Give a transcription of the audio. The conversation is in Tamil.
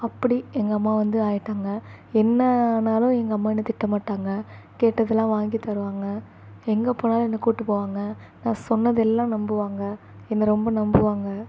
அப்படி எங்கள் அம்மா வந்து ஆயிட்டாங்கள் என்ன ஆனாலும் எங்கள் அம்மா என்னை திட்ட மாட்டாங்கள் கேட்டதெல்லாம் வாங்கித்தருவாங்கள் எங்கே போனாலும் என்னை கூப்பிட்டு போவாங்கள் நான் சொன்னதெல்லாம் நம்புவாங்கள் என்னை ரொம்ப நம்புவாங்கள்